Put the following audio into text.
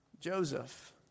Joseph